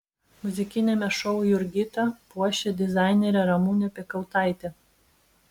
muzikiniame šou jurgitą puošia dizainerė ramunė piekautaitė